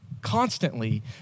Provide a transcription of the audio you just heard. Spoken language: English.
constantly